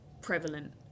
prevalent